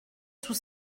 sous